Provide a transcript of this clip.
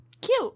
cute